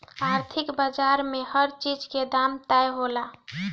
आर्थिक बाजार में हर चीज के दाम तय होला